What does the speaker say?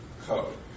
code